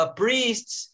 priests